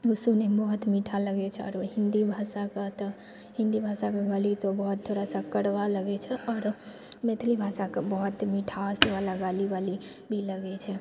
ओ सुनैमे बहुत मीठा लगै छै आओर ओ हिन्दी भाषाके तऽ हिन्दी भाषाके गाली तऽ बहुत तरहसँ कड़वा लगै छै आरो मैथिली भाषाके बहुत मीठासवला गाली वाली भी लगै छै